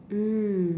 mm